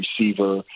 receiver